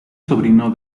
sobrino